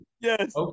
Yes